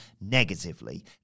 negatively